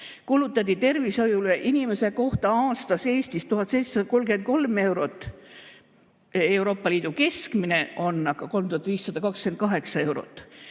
kulutati tervishoiule inimese kohta aastas Eestis 1733 eurot, Euroopa Liidu keskmine on aga 3528 eurot.